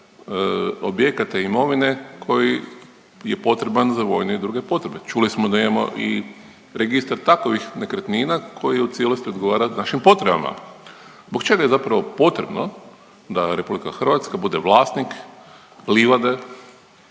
objekata i imovine koji je potreban za vojne i druge potrebe. Čuli smo da imamo i registar takovih nekretnina koji u cijelosti odgovara našim potrebama. Zbog čega je zapravo potrebno da Republika Hrvatska bude vlasnik livade,